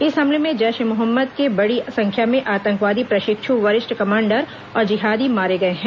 इस हमले में जैश ए मोहम्मद के बड़ी संख्या में आतंकवादी प्रशिक्षु वरिष्ठ कमांडर और जिहादी मारे गए हैं